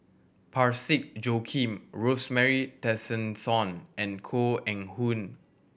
Parsick Joaquim Rosemary Tessensohn and Koh Eng Hoon